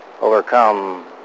overcome